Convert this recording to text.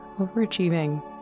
overachieving